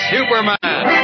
Superman